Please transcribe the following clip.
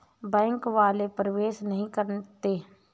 Bank वाले प्रवेश नहीं करते हैं?